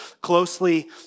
closely